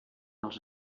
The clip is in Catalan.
els